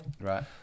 right